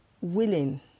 willing